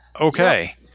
okay